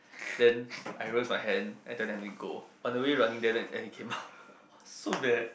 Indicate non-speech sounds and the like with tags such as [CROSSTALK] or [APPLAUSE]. then I raise my hand and tell them I need to go on the way running there and it came out [LAUGHS] so bad